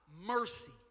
mercy